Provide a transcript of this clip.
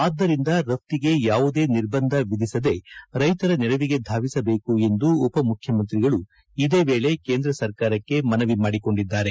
ಆದ್ದರಿಂದ ರಫ್ತಿಗೆ ಯಾವುದೇ ನಿರ್ಬಂಧ ವಿಧಿಸದೇ ರೈತರ ನೆರವಿಗೆ ಧಾವಿಸಬೇಕು ಎಂದು ಉಪಮುಖ್ಯಮಂತ್ರಿಗಳು ಇದೇ ವೇಳೆ ಕೇಂದ್ರ ಸರ್ಕಾರವನ್ನು ಮನವಿ ಮಾಡಿಕೊಂಡಿದ್ದಾರೆ